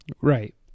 Right